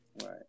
Right